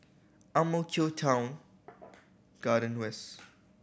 Ang Mo Kio Town Garden West